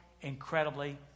incredibly